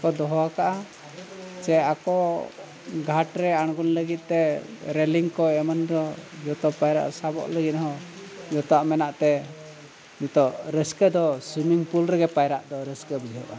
ᱠᱚ ᱫᱚᱦᱚ ᱟᱠᱟᱫᱼᱟ ᱥᱮ ᱟᱠᱚ ᱜᱷᱟᱴ ᱨᱮ ᱟᱬᱜᱚᱱ ᱞᱟᱹᱜᱤᱫ ᱛᱮ ᱨᱮᱞᱤᱝ ᱠᱚ ᱮᱢᱟᱱ ᱫᱚ ᱡᱚᱛᱚ ᱯᱟᱭᱨᱟᱜ ᱥᱟᱵᱚᱜ ᱞᱟᱹᱜᱤᱫ ᱦᱚᱸ ᱡᱚᱛᱚᱣᱟᱜ ᱢᱮᱱᱟᱜ ᱛᱮ ᱡᱚᱛᱚ ᱨᱟᱹᱥᱠᱟᱹ ᱫᱚ ᱥᱩᱭᱢᱤᱝ ᱯᱩᱞ ᱨᱮᱜᱮ ᱯᱟᱭᱨᱟᱜ ᱫᱚ ᱨᱟᱹᱥᱠᱟᱹ ᱵᱩᱡᱷᱟᱹᱜᱼᱟ